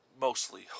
mostly